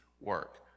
work